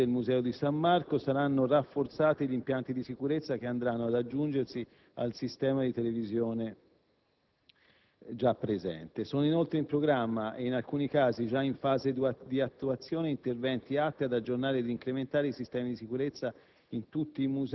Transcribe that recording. dei Silvestrini del Museo di San Marco saranno rafforzati gli impianti di sicurezza che andranno ad aggiungersi al sistema TVCC. Sono inoltre in programma ed in alcuni casi già in fase di attuazione interventi atti ad aggiornare ed incrementare i sistemi di sicurezza